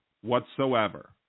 whatsoever